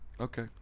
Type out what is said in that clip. Okay